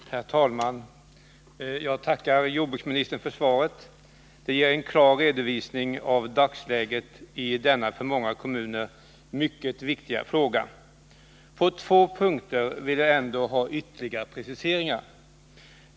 Herr talman! Jag tackar jordbruksministern för svaret. Det ger en klar redovisning av dagsläget i denna för många kommuner mycket viktiga fråga. På två punkter vill jag ändå ha ytterligare preciseringar. 1.